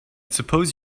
suppose